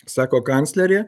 sako kanclerė